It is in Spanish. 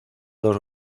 dos